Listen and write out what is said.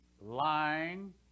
lying